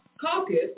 Caucus